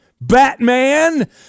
Batman